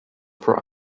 for